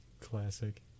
Classic